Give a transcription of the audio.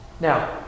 Now